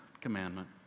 commandment